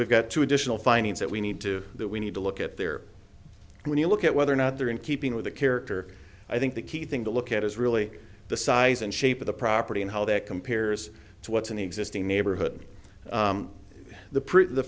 we've got two additional findings that we need to that we need to look at there and when you look at whether or not they're in keeping with the character i think the key thing to look at is really the size and shape of the property and how that compares to what's in the existing neighborhood the